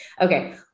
Okay